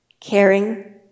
caring